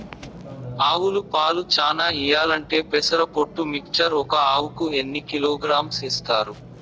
ఆవులు పాలు చానా ఇయ్యాలంటే పెసర పొట్టు మిక్చర్ ఒక ఆవుకు ఎన్ని కిలోగ్రామ్స్ ఇస్తారు?